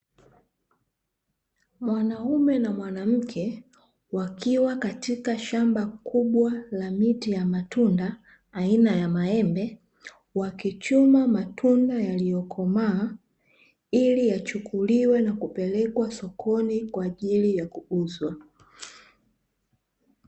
Mwanaume na mwanamke wakiwa katika shamba kubwa la miti ya matunda aina ya maembe, wakichuma matunda yaliyo komaa ili yachukuliwe na kupelekwa sokoni kwa ajili ya kuuzwa.